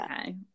Okay